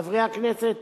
חברי הכנסת,